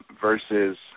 versus